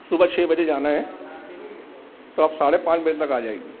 صبح چھ بجے جانا ہے تو آپ ساڑھے پانچ بجے تک آ جائیے